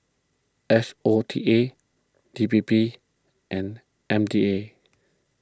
S O T A D P P and M D A